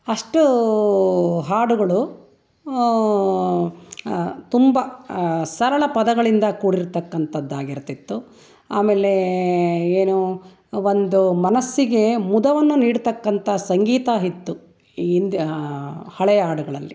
ಅಷ್ಟು ಹಾಡುಗಳು ತುಂಬ ಸರಳ ಪದಗಳಿಂದ ಕೂಡಿರ್ತಕ್ಕಂಥದ್ದಾಗಿರ್ತಿತ್ತು ಆಮೇಲೆ ಏನೋ ಒಂದು ಮನಸ್ಸಿಗೆ ಮುದವನ್ನು ನೀಡ್ತಕ್ಕಂಥ ಸಂಗೀತ ಇತ್ತು ಈ ಹಿಂದೆ ಹಳೆಯ ಹಾಡುಗಳಲ್ಲಿ